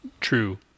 True